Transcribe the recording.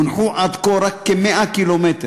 הונחו עד כה רק כ-100 ק"מ.